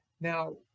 Now